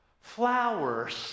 flowers